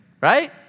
right